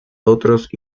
otros